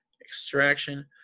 Extraction